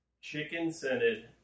chicken-scented